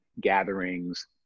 gatherings